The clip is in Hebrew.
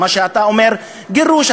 מה שאתה אומר גירוש,